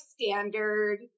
standard